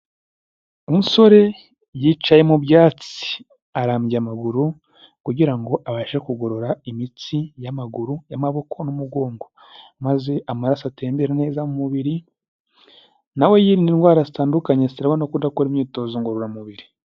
Umusore yicaye mu byatsi arambya amaguru kugira ngo abashe kugorora imitsi y'amaguru, y'amaboko n'umugongo, maze amaraso atembera neza mu mubiri, na we yirinde indwara zitandukanye ziterwa no kudakora imyitozo ngororamubiri.